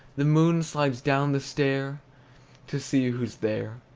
the moon slides down the stair to see who's there.